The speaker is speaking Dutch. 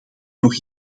nog